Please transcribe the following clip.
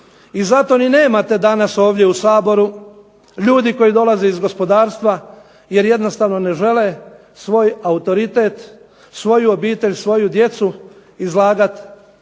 i zato i nemate danas ovdje u Saboru ljudi koji dolaze iz gospodarstva jer jednostavno ne žele svoj autoritet, svoju djecu, svoju obitelj izlagati